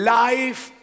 life